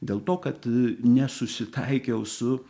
dėl to kad nesusitaikiau su